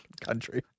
country